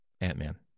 Ant-Man